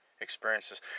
experiences